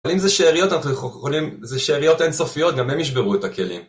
אם זה שאריות זה שאריות אין סופיות גם הם ישברו את הכלים